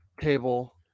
table